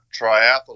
triathlon